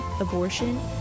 abortion